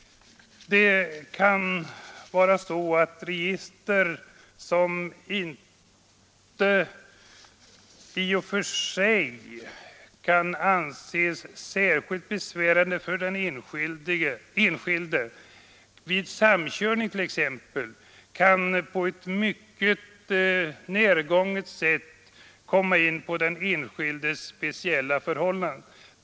Det kan vara så att register, som inte var för sig kan te sig särskilt besvärande för den enskilde, vid samkörning kan ge en mycket ingående och närgången bild av den enskildes förhållanden.